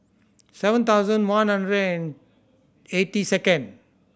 seven thousand one hundred and eighty second